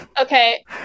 okay